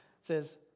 says